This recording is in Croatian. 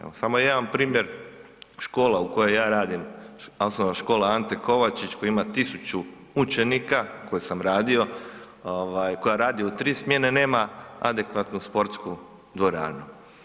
Evo samo jedan primjer škola u kojoj ja radim Osnovna škola Ante Kovačić koji ima tisuću učenika u kojoj sam radio koja radi u tri smjene nema adekvatnu sportsku dvoranu.